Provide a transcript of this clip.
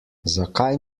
zakaj